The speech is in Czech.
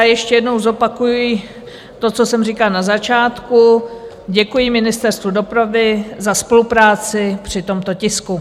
Ještě jednou zopakuji to, co jsem říkala na začátku, děkuji Ministerstvu dopravy za spolupráci při tomto tisku.